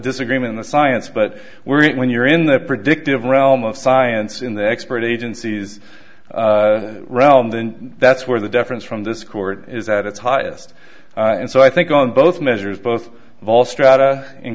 disagreement in the science but when you're in the predictive realm of science in the expert agencies realm then that's where the difference from this court is at its highest and so i think on both measures both vaal strata in